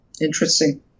Interesting